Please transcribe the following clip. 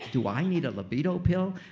do i need libido pill?